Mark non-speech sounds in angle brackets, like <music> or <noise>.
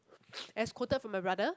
<noise> as quoted from my brother